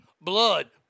Blood